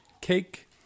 cake